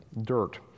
dirt